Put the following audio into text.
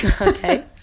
Okay